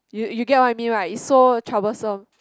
you you get what I mean right it's so troublesome